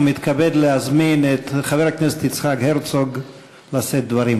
ומתכבד להזמין את חבר הכנסת יצחק הרצוג לשאת דברים.